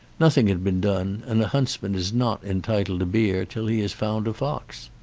nothing had been done, and a huntsman is not entitled to beer till he has found a fox.